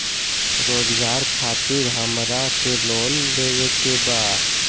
रोजगार खातीर हमरा के लोन लेवे के बा?